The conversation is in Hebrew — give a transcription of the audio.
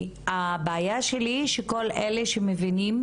הבעיה שלי היא שכל אלה שמבינים,